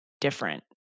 different